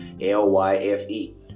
L-Y-F-E